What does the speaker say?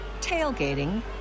tailgating